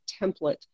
template